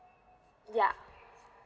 yeah